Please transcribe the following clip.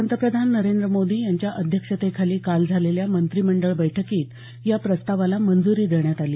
पंतप्रधान नरेंद्र मोदी यांच्या अध्यक्षतेखाली काल झालेल्या मंत्रिमंडळ बैठकीत या प्रस्तावाला मंजुरी देण्यात आली